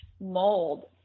mold